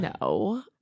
no